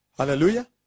Hallelujah